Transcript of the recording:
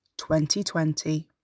2020